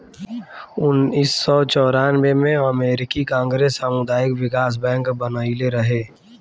उनऽइस सौ चौरानबे में अमेरिकी कांग्रेस सामुदायिक बिकास बैंक बनइले रहे